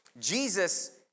Jesus